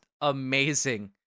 amazing